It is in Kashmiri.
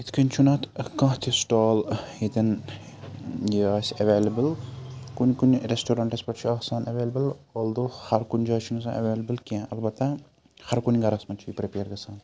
یِتھ کٔنۍ چھُنہٕ اَتھ کانٛہہ تہِ سِٹال ییٚتٮ۪ن یہِ آسہِ ایولیبل کُنہِ کُنہِ رٮ۪سٹورَنٹَس پٮ۪ٹھ چھُ آسان ایولیبل الدو ہَر کُنہِ جایہِ چھُنہٕ آسان ایولیبل کینٛہہ البتہ ہر کُنہِ گَرَس منٛز چھُ یہِ پرٮ۪پیر گَژھان